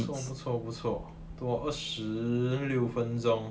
不错不错不错都二十六分钟